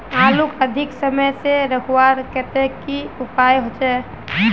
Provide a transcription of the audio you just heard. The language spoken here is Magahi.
आलूक अधिक समय से रखवार केते की उपाय होचे?